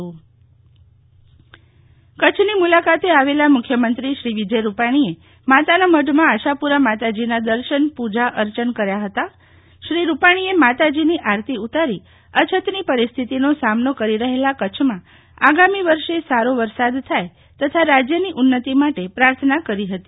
શીતલ વૈષ્ણવ માતાના મઢ દર્શન કચ્છની મુલાકાતે આવેલા મુખ્યમંત્રીશ્રી વિજય રુપાણીએ માતાના મઢમાં આશાપુરા માતાજીના દર્શન પૂજા અર્ચન કર્યા હતા શ્રી રુપાણીએ માતાજીની આરતી ઉતારી અછતની પરિસ્થિતિનો સામનો કરી રહેલા કચ્છમાં આગામી વર્ષે સારો વરસાદ થાય તથા રાજ્યની ઉન્નતિ માટે પ્રાર્થના કરી હતી